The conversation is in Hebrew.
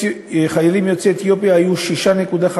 החיילים יוצאי אתיופיה היו 6.5%,